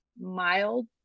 mild